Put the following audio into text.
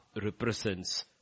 represents